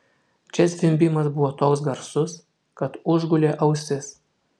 čia zvimbimas buvo toks garsus kad užgulė ausis